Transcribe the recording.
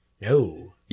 No